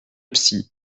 psy